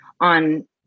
on